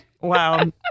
wow